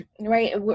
right